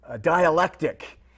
dialectic